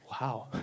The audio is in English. wow